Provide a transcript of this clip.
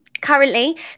Currently